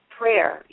prayer